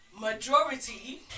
majority